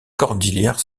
cordillère